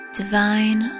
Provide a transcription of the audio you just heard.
divine